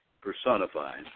personified